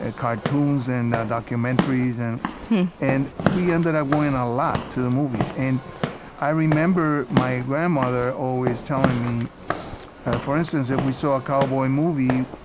and cartoons, and documentaries. and and we ended up going, a lot, to the movies. and i remember my grandmother always telling me for instance, if we saw a cowboy movie,